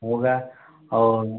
होगा और